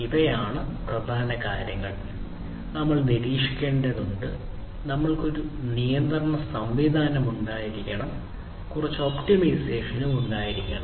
ഇവയാണ് പ്രധാന കാര്യങ്ങൾ നമ്മൾ നിരീക്ഷിക്കേണ്ടതുണ്ട് നമ്മൾക്ക് ഒരു നിയന്ത്രണ സംവിധാനം ഉണ്ടായിരിക്കണം കുറച്ച് ഒപ്റ്റിമൈസേഷൻ ഉണ്ടായിരിക്കണം